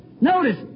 Notice